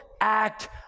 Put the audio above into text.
act